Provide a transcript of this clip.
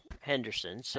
Henderson